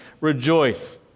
Rejoice